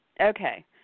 Okay